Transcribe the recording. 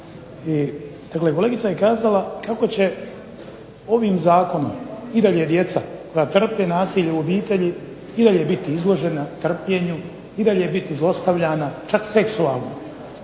Dakle, kolegica je kazala kako će ovim zakonom i dalje djeca koja trpe nasilje u obitelji i dalje biti izložena trpljenju i dalje biti zlostavljana čak seksualno.